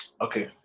okay